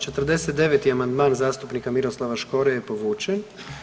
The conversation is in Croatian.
49. amandman zastupnika Miroslava Škore je povučen.